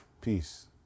Peace